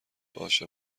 باشه